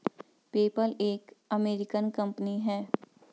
PayPal एक American company है